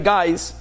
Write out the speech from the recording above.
Guys